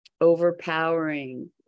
overpowering